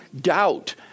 doubt